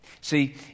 See